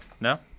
No